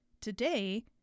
today